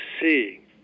see